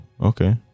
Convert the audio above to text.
okay